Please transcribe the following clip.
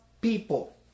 people